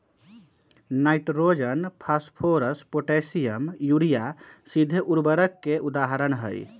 nitrogen, phosphorus, potassium, urea सीधे उर्वरक के उदाहरण हई